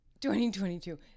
2022